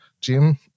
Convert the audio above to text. Jim